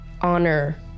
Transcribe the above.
honor